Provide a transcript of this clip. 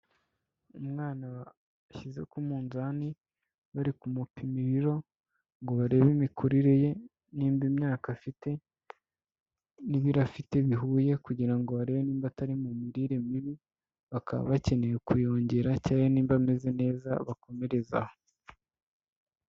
Umwana bashyize ku munzani bari kumupima ibiro ngo barebe imikurire ye niba imyaka afite n'ibiro afite bihuye, kugira ngo barebe niba atari mu mirire mibi bakaba bakeneye kuyongera cyangwa niba ameze neza bakomereze aho.